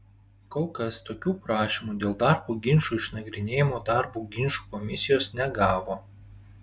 kol kas tokių prašymų dėl darbo ginčų išnagrinėjimo darbo ginčų komisijos negavo